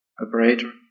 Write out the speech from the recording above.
operator